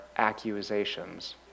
accusations